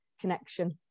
connection